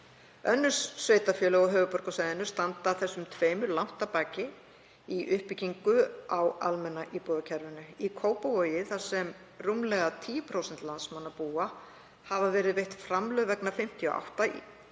Önnur sveitarfélög á höfuðborgarsvæðinu standa þessum tveimur langt að baki í uppbyggingu á almenna íbúðakerfinu. Í Kópavogi, þar sem rúmlega 10% landsmanna búa, hafa verið veitt framlög vegna 58 íbúða,